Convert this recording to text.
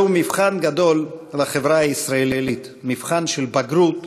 זהו מבחן גדול לחברה הישראלית, מבחן של בגרות,